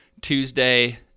Tuesday